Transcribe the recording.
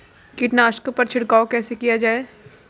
कीटनाशकों पर छिड़काव कैसे किया जाए?